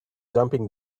jumping